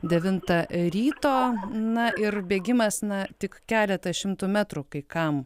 devintą ryto na ir bėgimas na tik keletą šimtų metrų kai kam